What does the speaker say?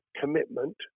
commitment